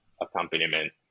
accompaniment